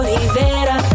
Rivera